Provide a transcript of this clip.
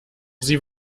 sie